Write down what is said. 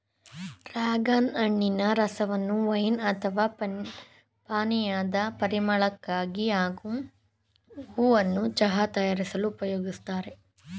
dragon ಹಣ್ಣಿನ ರಸವನ್ನು wine ಅಥವಾ ಪಾನೀಯದ ಪರಿಮಳಕ್ಕಾಗಿ ಹಾಗೂ ಹೂವನ್ನ ಚಹಾ ತಯಾರಿಸಲು ಉಪಯೋಗಿಸ್ತಾರೆ